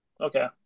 Okay